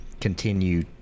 continue